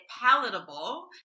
palatable